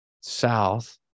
south